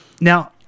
Now